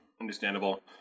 Understandable